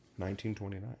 1929